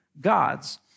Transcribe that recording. gods